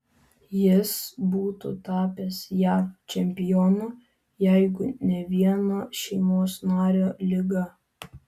jis būtų tapęs jav čempionu jeigu ne vieno šeimos nario liga